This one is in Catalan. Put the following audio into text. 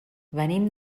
venim